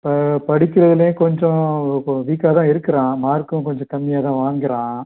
ப படிக்கிறதுலையும் கொஞ்சம் இப்போ வீக்காக தான் இருக்கிறான் மார்க்கும் கொஞ்சம் கம்மியாகதான் வாங்குறான்